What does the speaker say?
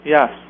Yes